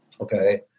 Okay